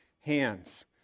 hands